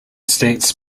states